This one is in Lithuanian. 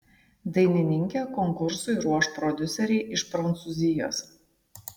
dainininkę konkursui ruoš prodiuseriai iš prancūzijos